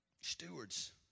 Stewards